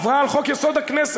עברה על חוק-יסוד: הכנסת.